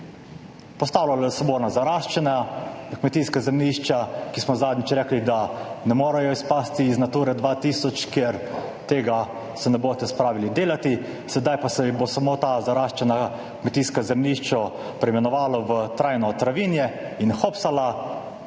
Postavljalo se bo na zaraščena, na kmetijska zemljišča, za katera smo zadnjič rekli, da ne morejo izpasti iz Nature 2000, ker se tega ne boste spravili delat, sedaj pa se bo samo ta zaraščena kmetijska zemljišča preimenovalo v trajno travinje in hopsala,